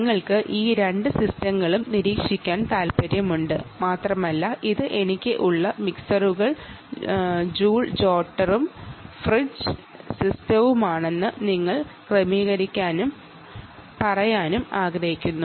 നിങ്ങൾ ഈ mixer joule jotter fridge സിസ്റ്റത്തെ നിരീക്ഷിക്കാൻ പോകുകയാണ്